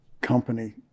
company